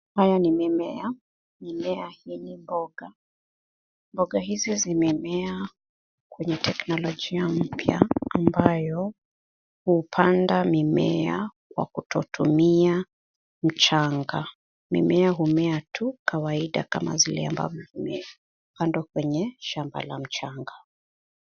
Haya ni mimea ,mimea hii ni mboga. Mboga hizi zimemea kwenye teknolojia mpya ambayo hupanda mimea kwa kutotumia mchanga. Mimea humea tu kawaida kama zile ambazo zimepandwa kwenye shamba la mchanga.